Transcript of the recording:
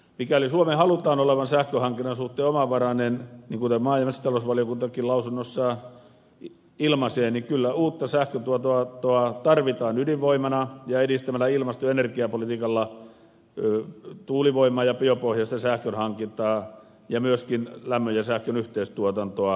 mikäli suomen halutaan olevan sähkön hankinnan suhteen omavarainen kuten maa ja metsätalousvaliokuntakin lausunnossaan ilmaisee niin kyllä uutta sähköntuotantoa tarvitaan ydinvoimana ja niin että edistetään ilmasto ja energiapolitiikalla tuulivoimaa ja biopohjaista sähkön hankintaa ja myöskin lämmön ja sähkön yhteistuotantoa tulee edistää